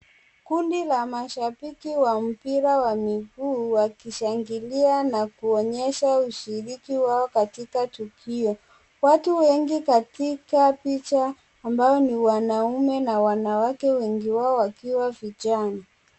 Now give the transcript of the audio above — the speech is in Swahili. Kundi la mashabiki wa mpira wa mguu, wakishangilia na kuonyesha ushiriki wao katika tukio, watu wengi katika picha ambao ni wanaume na wanawake wengi wao wakiwa vijana.